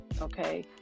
okay